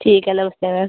ठीक है नमस्ते मैम